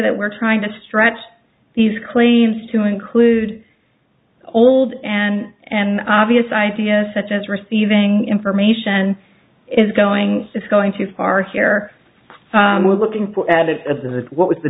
that we're trying to stretch these claims to include old and an obvious idea such as receiving information is going it's going too far here we're looking for at it at that what was the